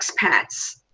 expats